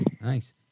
Nice